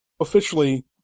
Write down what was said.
officially